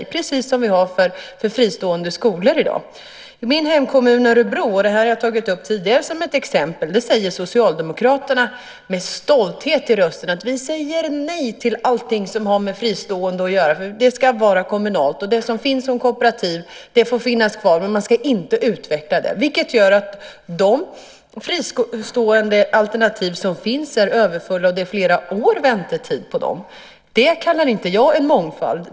Det är precis som vi har det för fristående skolor i dag. I min hemkommun Örebro - det har jag tagit upp tidigare som ett exempel - säger Socialdemokraterna med stolthet i rösten: Vi säger nej till allting som har med fristående att göra. Det ska vara kommunalt. Det som finns som kooperativ får finnas kvar. Men man ska inte utveckla det. Det gör att de fristående alternativ som finns är överfulla, och det är flera år i väntetid på dem. Det kallar inte jag för mångfald.